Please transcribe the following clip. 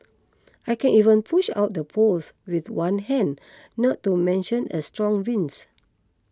I can even push out the poles with one hand not to mention a strong winds